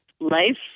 life